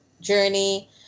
journey